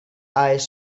eyes